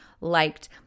liked